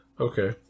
Okay